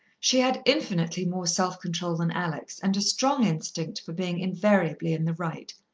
she had infinitely more self-control than alex, and a strong instinct for being invariably in the right.